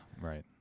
right